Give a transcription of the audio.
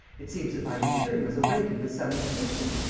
it seems that my return was awaited with some impatience!